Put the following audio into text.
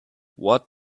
what